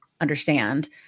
understand